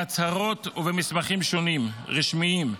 בהצהרות ובמסמכים רשמיים שונים,